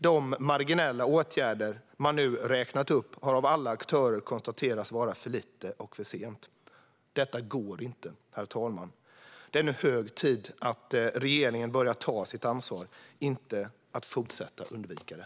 De marginella åtgärder man nu räknar upp har av alla aktörer konstaterats vara för lite och för sent. Detta går inte. Herr talman! Det är nu hög tid att regeringen börjar ta sitt ansvar - inte fortsätter att undvika det.